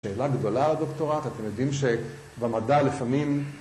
שאלה גדולה, דוקטורט, אתם יודעים שבמדע לפעמים...